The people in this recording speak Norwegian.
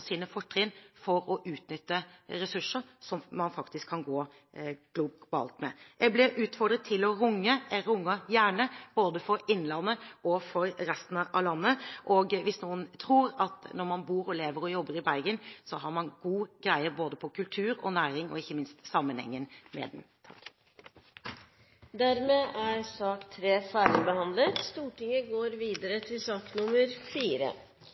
sine fortrinn for å utnytte ressurser som man faktisk kan gå globalt med. Jeg ble utfordret til å runge. Jeg runger gjerne – både for innlandet og for resten av landet. Når man bor, lever og jobber i Bergen, har man god greie på både kultur og næring – og ikke minst sammenhengen mellom dem. Debatten i sak nr. 3 er dermed omme. Natt til